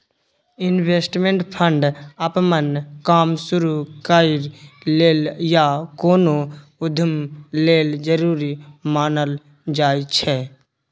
investment fund अप्पन काम शुरु करइ लेल या कोनो उद्यम लेल जरूरी मानल जाइ छै